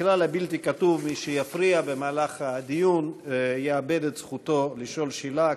הכלל הבלתי-כתוב: מי שיפריע במהלך הדיון יאבד את זכותו לשאול שאלה,